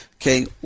okay